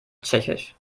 tschechisch